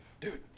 Dude